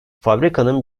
fabrikanın